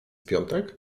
piątek